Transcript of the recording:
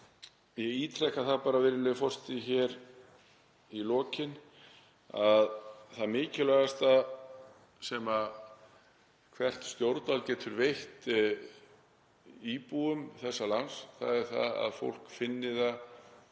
ég ítreka bara, virðulegi forseti, hér í lokin að það mikilvægasta sem hvert stjórnvald getur veitt íbúum þessa lands er að fólk finni að